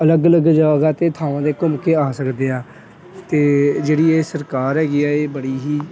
ਅਲੱਗ ਅਲੱਗ ਜਗ੍ਹਾ 'ਤੇ ਥਾਵਾਂ 'ਤੇ ਘੁੰਮ ਕੇ ਆ ਸਕਦੇ ਆ ਅਤੇ ਜਿਹੜੀ ਇਹ ਸਰਕਾਰ ਹੈਗੀ ਆ ਇਹ ਬੜੀ ਹੀ